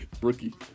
rookie